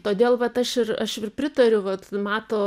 todėl vat aš ir aš ir pritariu vat mato